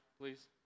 please